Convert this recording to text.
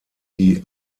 die